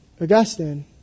Augustine